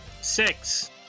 Six